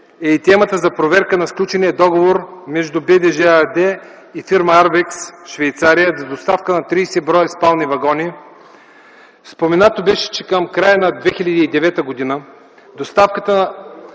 е и темата за проверка на сключения договор между „БДЖ” ЕАД и фирма „Аrwex” AG, Швейцария за доставка на 30 броя спални вагони. Споменато бе, че към края на 2009 г. доставката на